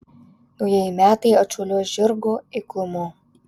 naujieji metai atšuoliuos žirgo eiklumu